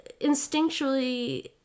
instinctually